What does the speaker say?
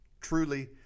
truly